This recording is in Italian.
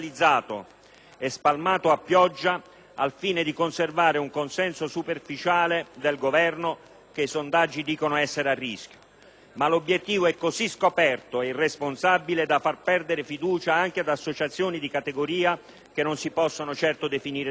e spalmato a pioggia al fine di conservare un consenso superficiale del Governo, che i sondaggi dicono essere a rischio, ma l'obiettivo è così scoperto e irresponsabile da far perdere fiducia anche ad associazioni di categoria che non si possono certo definire di sinistra.